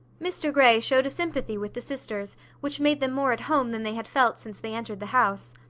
mr grey showed a sympathy with the sisters, which made them more at home than they had felt since they entered the house.